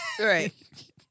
Right